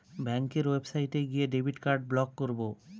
ব্যাঙ্কের ওয়েবসাইটে গিয়ে ডেবিট কার্ড ব্লক করাবো